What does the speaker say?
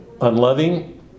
unloving